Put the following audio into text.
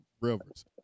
rivers